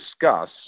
discuss